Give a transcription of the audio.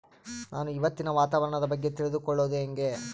ನಾನು ಇವತ್ತಿನ ವಾತಾವರಣದ ಬಗ್ಗೆ ತಿಳಿದುಕೊಳ್ಳೋದು ಹೆಂಗೆ?